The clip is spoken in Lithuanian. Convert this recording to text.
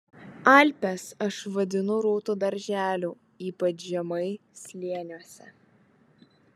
alpes aš vadinu rūtų darželiu ypač žemai slėniuose